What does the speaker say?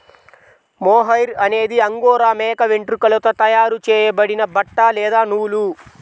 mohair అనేది angora మేక వెంట్రుకలతో తయారు చేయబడిన బట్ట లేదా నూలు